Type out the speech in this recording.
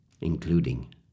including